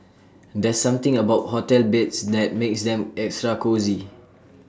there's something about hotel beds that makes them extra cosy